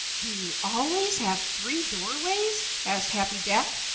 do you always have three doorways? asked happy jack.